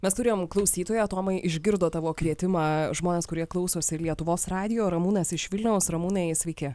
mes turėjom klausytoją tomai išgirdo tavo kvietimą žmonės kurie klausosi lietuvos radijo ramūnas iš vilniaus ramūnai sveiki